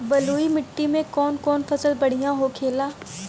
बलुई मिट्टी में कौन कौन फसल बढ़ियां होखेला?